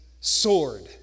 Sword